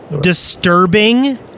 disturbing